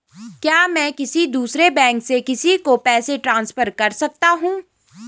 क्या मैं किसी दूसरे बैंक से किसी को पैसे ट्रांसफर कर सकता हूँ?